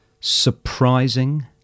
surprising